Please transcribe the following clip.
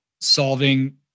solving